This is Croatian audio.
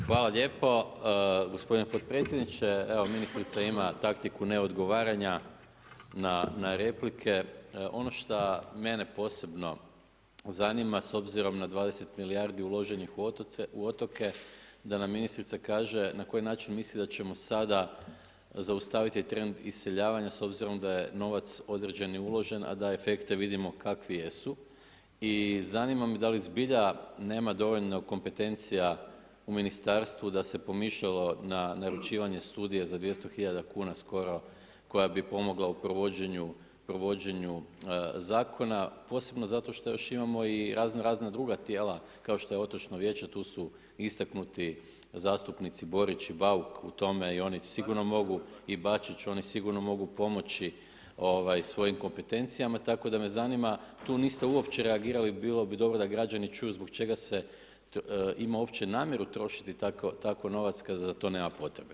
Hvala lijepo gospodine podpredsjedniče, evo ministrica ima taktiku neodgovaranja na replike, ono što mene posebno zanima s obzirom na 20 milijardi uloženih u otoke, da nam ministrica kaže na koji način misli da ćemo sada zaustaviti trend iseljavanja s obzirom da je novac određen i uložen, a da efekte vidimo kakvi jesu i zanima me da li zbilja nema dovoljno kompetencija u ministarstvu da se pomišljalo na naručivanje studije za 200 hiljada kuna skoro koja bi pomogla u provođenju zakona posebno zato što još imamo i razno razna druga tijela, kao što je otočno vijeće tu su istaknuti zastupnici Borić i Bauk u tome i oni sigurno mogu i Bačić i oni sigurno mogu pomoći ovaj svojim kompetencijama, tako da me zanima tu niste uopće reagirali bilo dobro da građani čuju zbog čega se ima uopće namjeru trošiti tako novac kad za to nema potrebe.